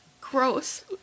Gross